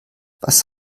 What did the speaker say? was